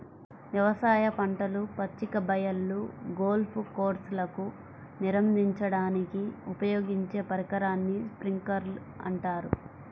వ్యవసాయ పంటలు, పచ్చిక బయళ్ళు, గోల్ఫ్ కోర్స్లకు నీరందించడానికి ఉపయోగించే పరికరాన్ని స్ప్రింక్లర్ అంటారు